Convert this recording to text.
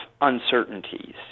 uncertainties